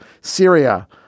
Syria